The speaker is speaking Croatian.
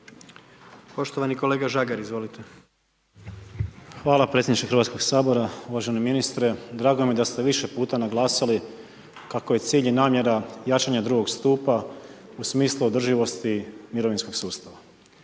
Tomislav (Nezavisni)** Hvala predsjedniče Hrvatskog sabora, uvaženi ministre. Drago mi je da ste više puta naglasili kako je cilj i namjera jačanja drugog stupa u smislu održivosti mirovinskog sustava.